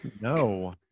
No